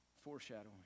Foreshadowing